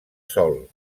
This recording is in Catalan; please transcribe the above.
sol